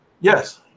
yes